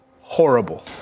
horrible